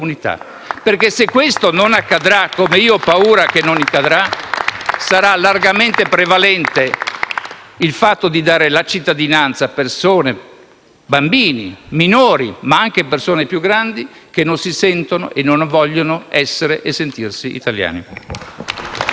se questo non accadrà, come temo, sarà largamente prevalente il fatto di dare la cittadinanza a persone, bambini, minori, ma anche persone più grandi che non si sentono e non vogliono essere e sentirsi italiani.